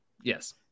Yes